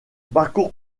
parcours